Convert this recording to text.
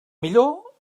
millor